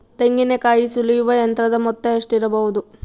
ತೆಂಗಿನಕಾಯಿ ಸುಲಿಯುವ ಯಂತ್ರದ ಮೊತ್ತ ಎಷ್ಟಿರಬಹುದು?